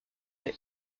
est